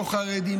לא חרדים,